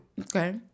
Okay